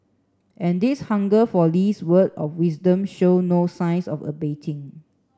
and this hunger for Lee's word of wisdom show no signs of abating